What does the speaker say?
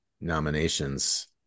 nominations